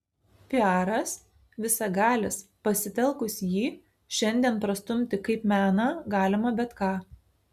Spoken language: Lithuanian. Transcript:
piaras visagalis pasitelkus jį šiandien prastumti kaip meną galima bet ką